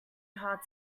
hard